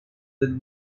with